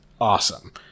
Awesome